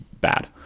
bad